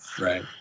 Right